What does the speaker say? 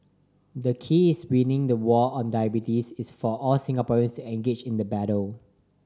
the keys winning the war on diabetes is for all Singaporeans engaged in the battle